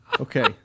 okay